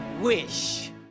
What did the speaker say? wish